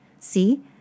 See